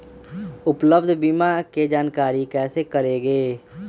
उपलब्ध बीमा के जानकारी कैसे करेगे?